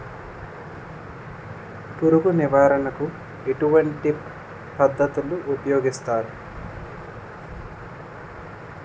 పురుగు నివారణ కు ఎటువంటి పద్ధతులు ఊపయోగిస్తారు?